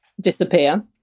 disappear